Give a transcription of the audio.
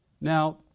Now